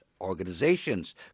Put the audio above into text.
Organizations